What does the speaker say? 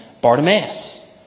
Bartimaeus